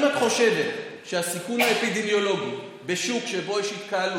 אם את חושבת שהסיכון האפידמיולוגי בשוק שבו יש התקהלות,